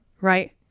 Right